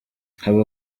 haba